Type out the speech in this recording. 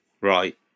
right